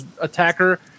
attacker